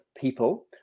People